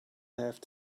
have